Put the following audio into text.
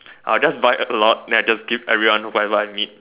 I will just buy a lot then I'll just give everyone whatever I meet